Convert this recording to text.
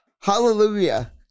Hallelujah